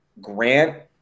Grant